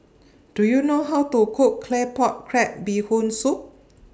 Do YOU know How to Cook Claypot Crab Bee Hoon Soup